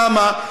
למה?